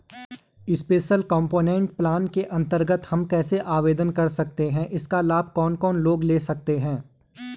Special component plan के अन्तर्गत हम कैसे आवेदन कर सकते हैं इसका लाभ कौन कौन लोग ले सकते हैं?